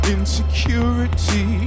Insecurity